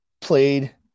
played